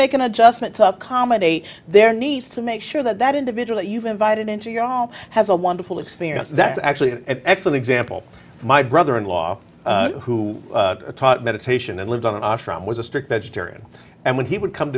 make an adjustment to accommodate their needs to make sure that that individual that you've invited into your home has a wonderful experience that's actually an excellent example my brother in law who taught meditation and lived on and off from was a strict vegetarian and when he would come